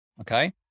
Okay